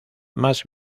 más